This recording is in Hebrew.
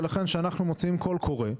ולכן כשאנחנו מוציאים קול קורא,